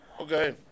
Okay